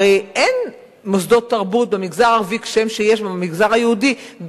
הרי אין מוסדות תרבות במגזר הערבי כשם שיש במגזר היהודי,